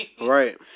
Right